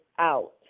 out